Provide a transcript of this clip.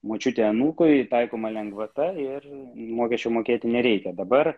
močiutė anūkui taikoma lengvata ir mokesčių mokėti nereikia dabar